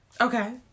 Okay